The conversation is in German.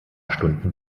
stunden